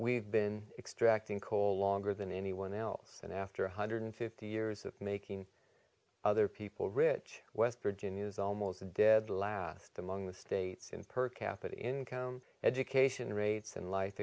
we've been extracting coal longer than anyone else and after one hundred fifty years of making other people rich west virginia is almost a dead last among the states in per capita income education rates and life